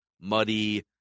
muddy